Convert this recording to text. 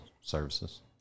services